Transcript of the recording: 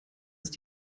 ist